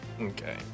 Okay